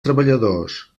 treballadors